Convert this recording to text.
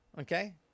Okay